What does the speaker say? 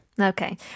Okay